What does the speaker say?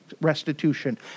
restitution